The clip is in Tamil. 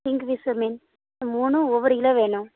கிங்ஃபிஷர் மீன் இது மூணும் ஒவ்வொரு கிலோ வேணும்